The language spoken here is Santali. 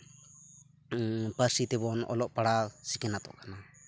ᱯᱟᱹᱨᱥᱤ ᱛᱮᱵᱚᱱ ᱚᱞᱚᱜ ᱯᱟᱲᱟᱦᱟᱣ ᱥᱤᱠᱷᱱᱟᱹᱛᱚᱜ ᱠᱟᱱᱟ